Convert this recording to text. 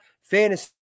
fantasy